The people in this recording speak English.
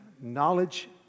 knowledge